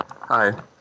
Hi